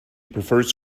prefers